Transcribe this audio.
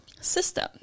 system